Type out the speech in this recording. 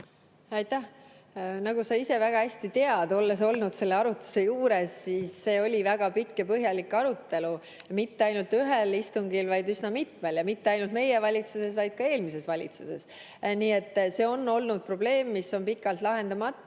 Aitäh! Nagu sa ise väga hästi tead, olles olnud selle arutelu juures, siis see oli väga pikk ja põhjalik arutelu mitte ainult ühel istungil, vaid üsna mitmel, ja mitte ainult meie valitsuses, vaid ka eelmises valitsuses. Nii et see on probleem, mis on olnud pikalt lahendamata.